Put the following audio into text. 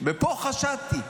ופה חשדתי.